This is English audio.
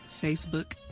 Facebook